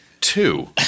two